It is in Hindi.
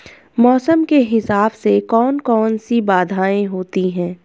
मौसम के हिसाब से कौन कौन सी बाधाएं होती हैं?